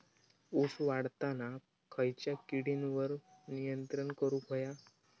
ऊस वाढताना खयच्या किडींवर नियंत्रण करुक व्हया?